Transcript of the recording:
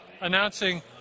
announcing